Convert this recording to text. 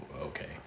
okay